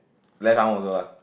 left arm also lah